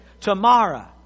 tomorrow